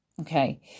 Okay